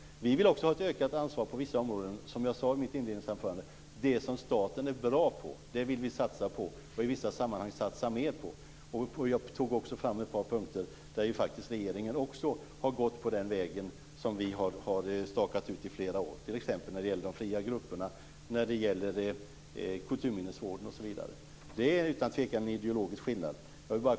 Vi vill också ha ett ökat ansvar på vissa områden, som jag sade i mitt inledningsanförande. Det som staten är bra på vill vi satsa på och i vissa sammanhang satsa mer på. Jag tog också upp ett par punkter där också regeringen gått den väg som vi har stakat ut i flera år, t.ex. när det gäller de fria grupperna, kulturminnesvården osv. Det är utan tvekan en ideologisk skillnad.